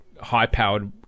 high-powered